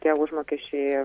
tie užmokesčiai